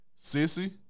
Sissy